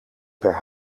per